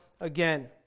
again